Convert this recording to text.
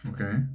okay